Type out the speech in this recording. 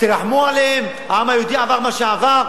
תרחמו עליהם, העם היהודי עבר מה שעבר.